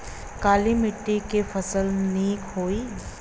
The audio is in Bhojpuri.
काली मिट्टी क फसल नीक होई?